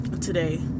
today